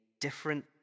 different